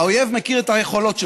האויב מכיר את היכולות שלך.